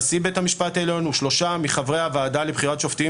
נשיא בית המשפט העליון ושלושה מחברי הוועדה לבחירת שופטים